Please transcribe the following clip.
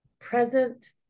present